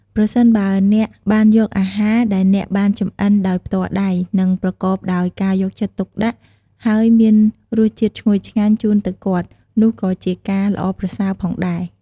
ប្រសិនបើអ្នកបានយកអាហារដែលអ្នកបានចម្អិនដោយផ្ទាល់ដៃ និងប្រកបដោយការយកចិត្តទុកដាក់ ហើយមានរស់ជាតិឈ្ងុយឆ្ងាញ់ជូនទៅគាត់នោះក៏ជាការល្អប្រសើរផងដែរ។